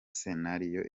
senario